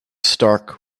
stark